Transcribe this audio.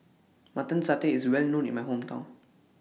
Mutton Satay IS Well known in My Hometown